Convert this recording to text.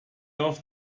auf